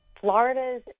Florida's